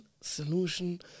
solution